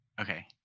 Okay